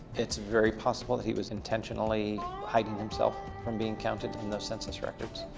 it's very possible that he was intentionally hiding himself from being counted in those census records.